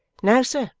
no, sir,